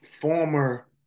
former